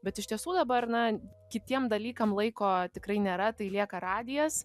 bet iš tiesų dabar na kitiem dalykam laiko tikrai nėra tai lieka radijas